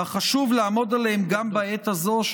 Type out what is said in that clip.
אך חשוב לעמוד עליהם גם בעת הזו,